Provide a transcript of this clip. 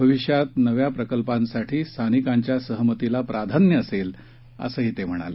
भविष्यात नव्या प्रकल्पांसाठी स्थानिकांच्या सहमतीला प्राधान्य असेल असंही ते म्हणाले